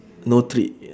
no tree y~